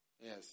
yes